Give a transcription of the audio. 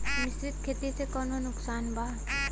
मिश्रित खेती से कौनो नुकसान वा?